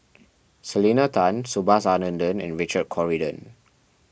Selena Tan Subhas Anandan and Richard Corridon